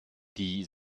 die